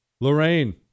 Lorraine